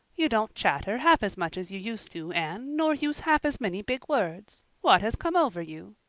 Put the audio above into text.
you don't chatter half as much as you used to, anne, nor use half as many big words. what has come over you?